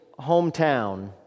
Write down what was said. hometown